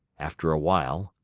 after a while,